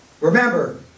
remember